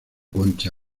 concha